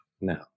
No